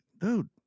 dude